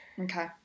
Okay